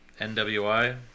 NWI